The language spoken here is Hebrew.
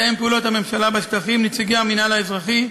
מתאם פעולות הממשלה בשטחים ונציגי המינהל האזרחי,